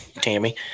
Tammy